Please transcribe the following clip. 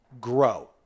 grow